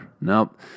Nope